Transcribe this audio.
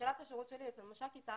בתחילת השירות שלי אצל מש"קית ת"ש,